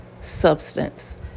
substance